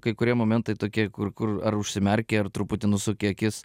kai kurie momentai tokie kur kur ar užsimerki ar truputį nusuki akis